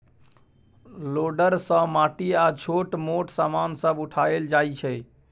loader सँ माटि आ छोट मोट समान सब उठाएल जाइ छै